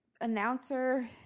announcer